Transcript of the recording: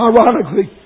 Ironically